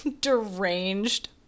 deranged